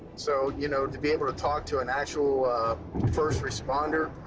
so, you know, to be able to talk to an actual first responder,